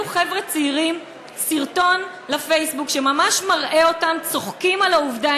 העלו חבר'ה צעירים סרטון לפייסבוק שממש מראה אותם צוחקים על העובדה,